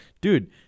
dude